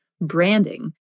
branding